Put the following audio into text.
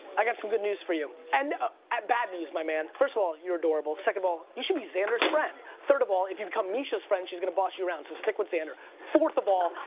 i got some good news for you, and bad news, my man. first of all, you're adorable. second of all, you should be xander's friend. third of all, if you become mischa's friend, she's gonna boss you around, so stick with xander. fourth of all,